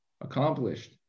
accomplished